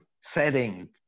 setting